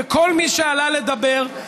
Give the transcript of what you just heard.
וכל מי שעלה לדבר,